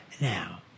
Now